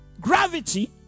gravity